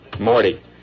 Morty